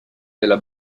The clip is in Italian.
della